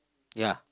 ya